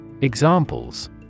Examples